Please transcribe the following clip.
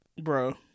Bro